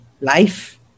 life